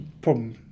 problem